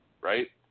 right